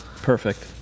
perfect